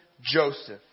Joseph